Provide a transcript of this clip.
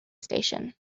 station